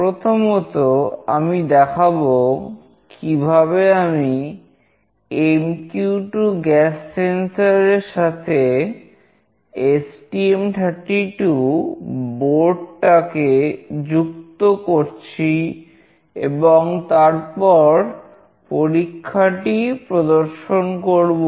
প্রথমত আমি দেখাবো কিভাবে আমি MQ2 গ্যাস সেন্সরের টাকে যুক্ত করছি এবং তারপর পরীক্ষাটি প্রদর্শন করব